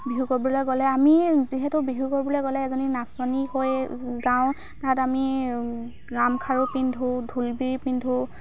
বিহু কৰিবলৈ গ'লে আমি যিহেতু বিহু কৰিবলৈ গ'লে এজনী নাচনী হৈয়ে যাওঁ তাত আমি গামখাৰু পিন্ধোঁ ঢোলবিৰি পিন্ধোঁ